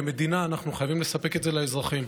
כמדינה, אנחנו חייבים לספק את זה לאזרחים.